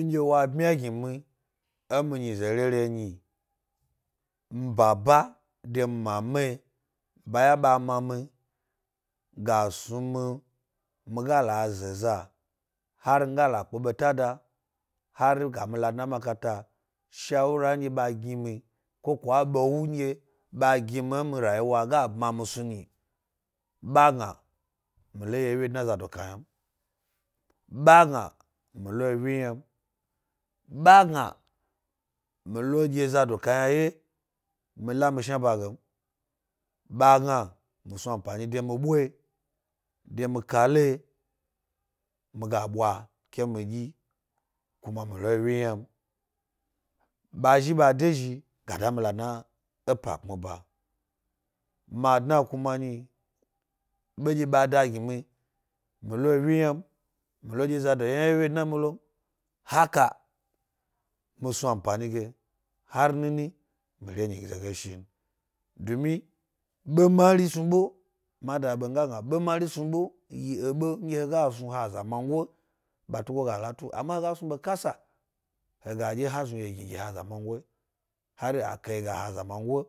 Nɗye wa bmya gi mie mi nyize rere nyi nbaba de nmama, bayan ba ma miga snu mi-miga la ze za hari mi ga la pke beata da hari ga mi la dna makata. Shawara nɗye ɓa gi mi ko kwa a ɓewa nɗye ɓa gi mi emi rayiwa ga bma mi snu nyi. ɓa gna mi lo yi wye dna zab kayna m, lo ɗye zabo kayna wye mi la mi shwaba ga m. ba gna mi. Ba gna mi snu ampani de mi ɓwayi de mi kalayi miga ɓwa ke mi doi kuma mi lo wyi yna m. ɓa zhi ɓa de zhi ga da mi ladna e pa pmi ba. Ma dna kuma nyi, vwdye ɓa da gi mi, mi lo wyiyna m, mi lo dye zabo yna wye wye dna mi lo mi haka mi snu ampani ge har mini mi re nyize ge shi dumi ɓe mari snu ɓe ma da ɓe mi ga gna ve mari snu ɓe yiebe nɗye he ga snu he azaman ɓa tugo ga latu. ama nɗye ha znuye gni azamango